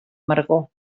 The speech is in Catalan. amargor